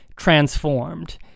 transformed